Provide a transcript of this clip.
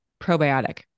probiotic